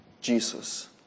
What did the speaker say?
Jesus